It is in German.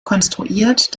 konstruiert